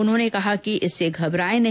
उन्होंने कहा कि इससे घबराये नहीं